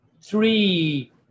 three